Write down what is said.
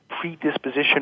predisposition